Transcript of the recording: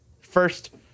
First